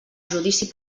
judici